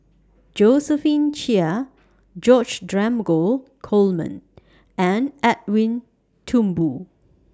Josephine Chia George Dromgold Coleman and Edwin Thumboo